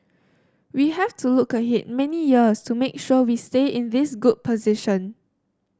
we have to look ahead many years to make sure we stay in this good position